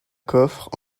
coffre